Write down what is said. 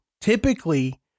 typically